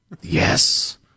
Yes